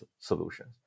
solutions